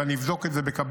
ואני אבדוק את זה בקפדנות,